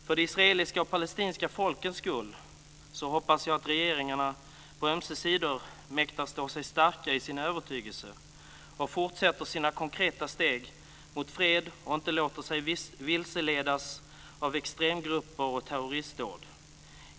För det israeliska och det palestinska folkets skull hoppas jag att regeringarna på ömse sidor mäktar stå starka i sin övertygelse, fortsätter sina konkreta steg mot fred och inte låter sig vilseledas av extremgrupper och terroristdåd.